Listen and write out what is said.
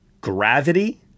Gravity